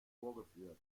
vorgeführt